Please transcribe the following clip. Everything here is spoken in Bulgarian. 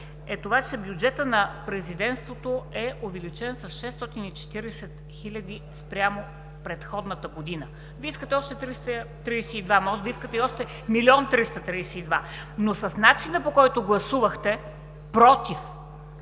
е това, че бюджетът на Президентството е увеличен с 640 хил. лв. спрямо предходната година. Вие искате още 332 хил., може да искате още милион и 332 хил., но с начина, по който гласувахте – против